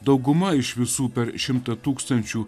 dauguma iš visų per šimtą tūkstančių